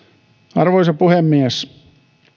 arvoisa puhemies